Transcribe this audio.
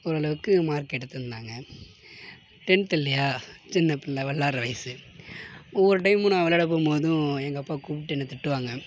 ஓரளவுக்கு மார்க் எடுத்திருந்தாங்க டென்த் இல்லையா சின்னப்பிள்ளை விளாடுற வயது ஒவ்வொரு டைமும் நான் விளாடப் போகும்போதும் எங்கள் அப்பா கூப்பிட்டு என்னை திட்டுவாங்க